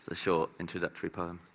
short introductory part.